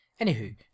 Anywho